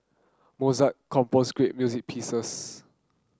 Mozart composed great music pieces